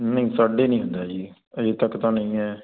ਨੀ ਸਾਡੇ ਨਹੀਂ ਹੁੰਦਾ ਜੀ ਅਜੇ ਤੱਕ ਤਾਂ ਨਹੀਂ ਹ